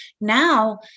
Now